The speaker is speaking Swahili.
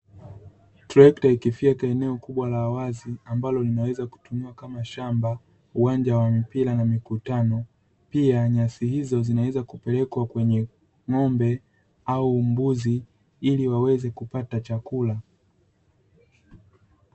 Trekta ikifyeka eneo kubwa la wazi ambalo linaweza kutumiwa kama shamba, uwanja wa mpira na mikutano, pia nyasi hizo zinaweza kupelekwa kwenye nng'ombe au mbuzi, ili waweze kupata chakula.